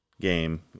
game